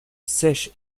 sèche